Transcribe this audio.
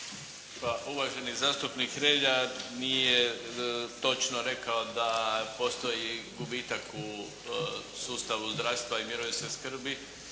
uvaženi zastupnik Hrelja nije točno rekao da postoji gubitak u sustavu zdravstva i mirovinske skrbi